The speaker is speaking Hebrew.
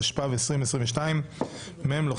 התשפ"ב 2022 (מ/1576).